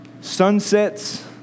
sunsets